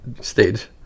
stage